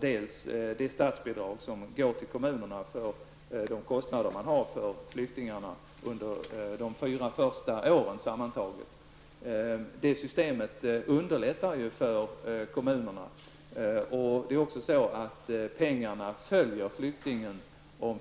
dels av det statsbidrag som kommunerna får för sina kostnader för flyktingarna under de fyra första åren. Pengarna följer flyktingen om